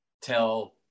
tell